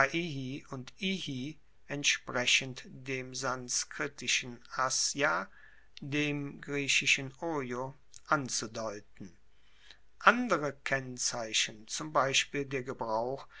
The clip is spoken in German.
und ihi entsprechend dem sanskritischen asya dem griechischen anzudeuten andere kennzeichen zum beispiel der gebrauch